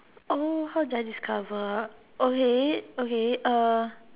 oh how did I discover okay okay uh